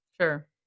Sure